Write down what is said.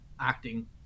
acting